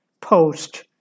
post